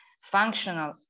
functional